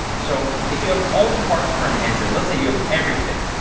so if you have all the parts for an engine, let's say you have everything,